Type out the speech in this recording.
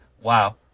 wow